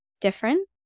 different